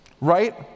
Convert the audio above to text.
right